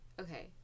Okay